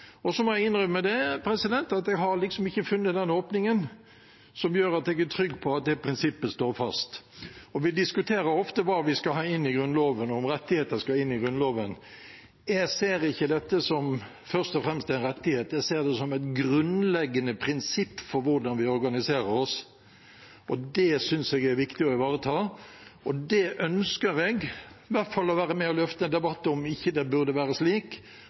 må innrømme at jeg ikke har funnet den åpningen som gjør at jeg er trygg på at det prinsippet står fast. Vi diskuterer ofte hva vi skal ha inn i Grunnloven, og om rettigheter skal inn i Grunnloven. Jeg ser ikke dette først og fremst som en rettighet, jeg ser det som et grunnleggende prinsipp for hvordan vi organiserer oss. Det synes jeg er viktig å ivareta, og det ønsker jeg i hvert fall å være med og løfte en debatt om – om ikke det burde være slik